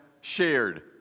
shared